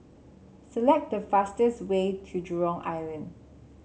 select the fastest way to Jurong Island